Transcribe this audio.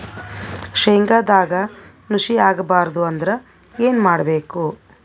ಶೇಂಗದಾಗ ನುಸಿ ಆಗಬಾರದು ಅಂದ್ರ ಏನು ಮಾಡಬೇಕು?